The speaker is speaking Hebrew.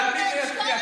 על מי זה ישפיע?